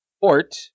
port